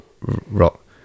rock